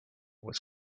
was